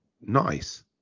Nice